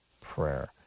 prayer